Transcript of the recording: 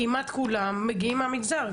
כמעט כולם מגיעים מהמגזר,